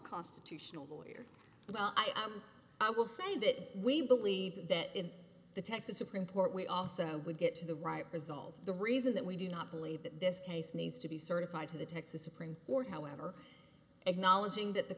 constitutional lawyer about i am i will say that we believe that in the texas supreme court we also would get the right result the reason that we do not believe that this case needs to be certified to the texas supreme court however